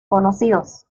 conocidos